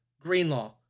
Greenlaw